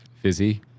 Fizzy